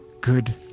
good